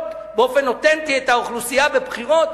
באופן אותנטי את האוכלוסייה בבחירות,